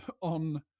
on